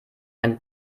ein